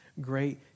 Great